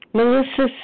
Melissa